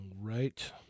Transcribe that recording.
right